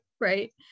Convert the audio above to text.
right